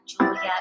Julia